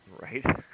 Right